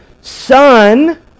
son